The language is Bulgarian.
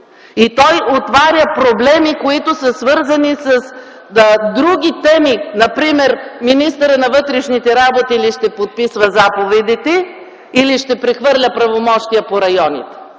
и той отваря проблеми, които са свързани с други теми. Например министърът на вътрешните работи ли ще подписва заповедите, или ще прехвърля правомощия по районите?